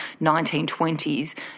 1920s